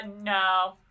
no